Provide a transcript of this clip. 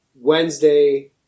Wednesday